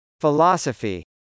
Philosophy